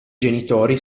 genitori